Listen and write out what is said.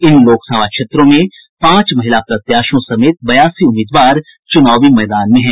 इन लोकसभा क्षेत्रों में पांच महिला प्रत्याशियों समेत बयासी उम्मीदवार चूनावी मैदान में हैं